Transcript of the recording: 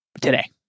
today